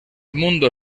mundo